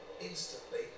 instantly